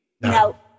no